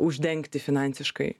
uždengti finansiškai